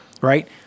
right